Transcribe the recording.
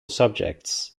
subjects